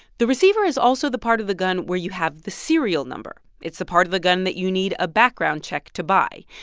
the receiver is also the part of the gun where you have the serial number. it's the part of the gun that you need a background check to buy.